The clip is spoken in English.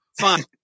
Fine